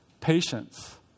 patience